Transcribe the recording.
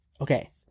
okay